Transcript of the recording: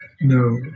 No